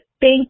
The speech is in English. Thank